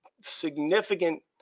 significant